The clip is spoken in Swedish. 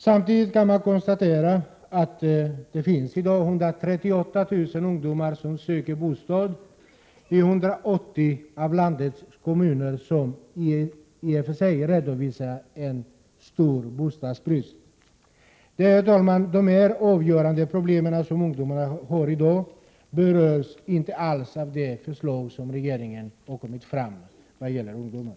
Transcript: Samtidigt kan man konstatera att det i dag finns 138 000 ungdomar som söker bostad i 180 av landets kommuner som i och för sig redovisar stor bostadsbrist. Dessa avgörande problem som ungdomarna har i dag tas inte alls upp det förslag som regeringen har lagt fram beträffande ungdomar.